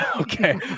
Okay